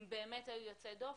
הם באמת היו יוצאי דופן.